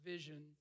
vision